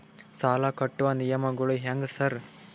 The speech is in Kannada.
ಸಾಲ ಕಟ್ಟುವ ನಿಯಮಗಳು ಹ್ಯಾಂಗ್ ಸಾರ್?